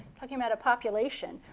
talking about a population,